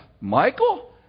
Michael